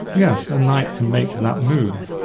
yes, a knight can make that move,